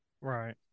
Right